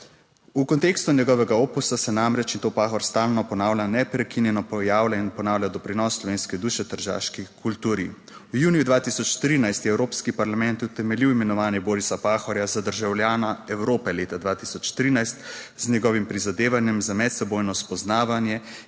V kontekstu njegovega opusa se namreč, in to Pahor stalno ponavlja, neprekinjeno pojavlja in ponavlja doprinos slovenske duše tržaški kulturi. V juniju 2013 je evropski parlament utemeljil imenovanje Borisa Pahorja za državljana Evrope leta 2013, z njegovim prizadevanjem za medsebojno spoznavanje